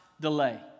delay